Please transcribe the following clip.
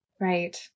Right